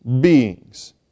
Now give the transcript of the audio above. beings